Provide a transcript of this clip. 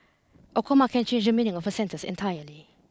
a comma can change the meaning of a sentence entirely